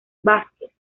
vázquez